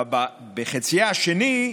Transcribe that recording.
ובחצייה השני,